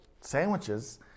sandwiches